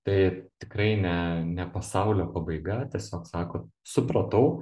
tai tikrai ne ne pasaulio pabaiga tiesiog sakot supratau